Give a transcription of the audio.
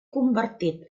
convertit